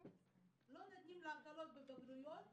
לא נותנים לה הקלות בבגרויות,